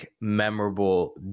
memorable